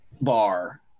bar